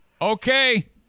Okay